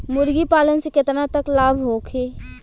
मुर्गी पालन से केतना तक लाभ होखे?